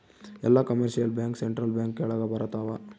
ಎಲ್ಲ commercial bank central bank ಕೆಳಗ ಬರತಾವ